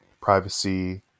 privacy